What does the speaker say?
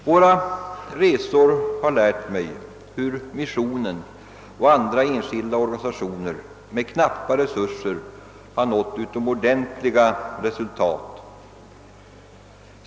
Våra resor har lärt mig hur missionen och andra enskilda organisationer med knappa resurser har nått utomordentliga resultat.